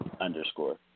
underscore